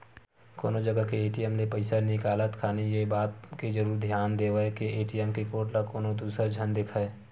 कोनो जगा के ए.टी.एम ले पइसा निकालत खानी ये बात के जरुर धियान देवय के ए.टी.एम के कोड ल कोनो दूसर झन देखय